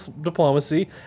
diplomacy